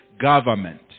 government